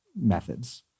methods